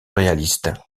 réalistes